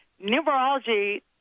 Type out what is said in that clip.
numerology